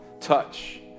touch